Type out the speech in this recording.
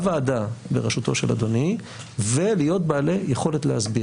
בוועדה בראשותו של אדוני ולהיות בעלי יכולת להסביר.